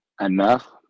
enough